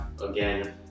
again